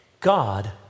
God